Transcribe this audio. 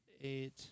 eight